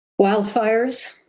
Wildfires